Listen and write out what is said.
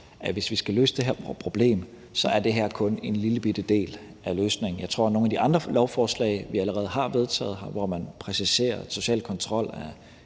at hvis vi skal løse det her problem, så er det her kun en lillebitte del af løsningen. Jeg tror, at nogle af de andre lovforslag, vi allerede har vedtaget – hvor det præciseres, at social kontrol er